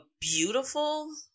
beautiful